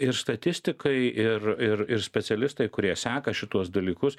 ir statistikai ir ir ir specialistai kurie seka šituos dalykus